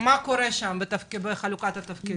מה קורה בחלוקת התפקידים.